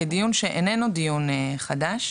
כדיון שאיננו דיון חדש.